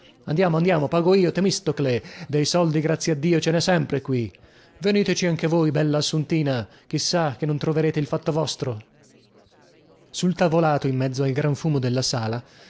andiamo andiamo pago io temistocle dei soldi grazie a dio ce nè sempre qui veniteci anche voi bella assuntina chissà che non troverete il fatto vostro sul tavolato in mezzo al gran fumo della sala